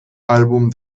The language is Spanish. álbum